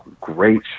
great